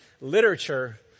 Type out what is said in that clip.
literature